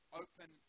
open